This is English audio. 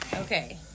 Okay